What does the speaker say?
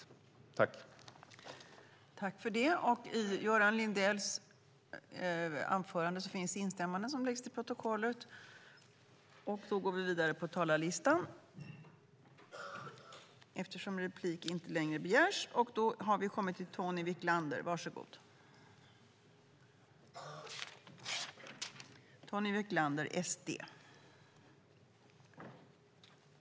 I detta anförande instämde Anders Åkesson , Christer Akej, Lotta Finstorp, Gunnar Hedberg, Jonas Jacobsson Gjörtler, Edward Riedl, Eliza Roszkowska Öberg och Jan-Evert Rådhström samt Lars Tysklind och Annelie Enochson .